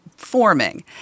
Forming